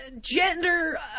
gender